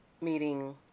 meeting